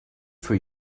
for